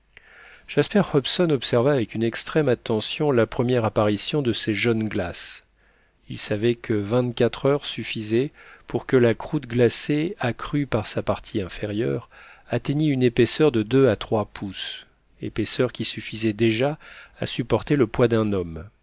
jasper hobson observa avec une extrême attention la première apparition de ces jeunes glaces il savait que vingt-quatre heures suffisaient pour que la croûte glacée accrue par sa partie inférieure atteignît une épaisseur de deux à trois pouces épaisseur qui suffisait déjà à supporter le poids d'un homme